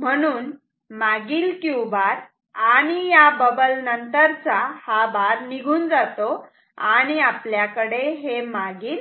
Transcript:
म्हणून मागील Q bar आणि या बबल नंतरचा हा बार निघून जातो आणि आपल्याकडे हे मागील